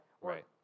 Right